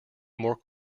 more